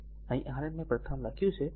તેથી અહીં Rn મેં પ્રથમ લખ્યું છે